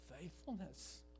faithfulness